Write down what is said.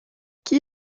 qui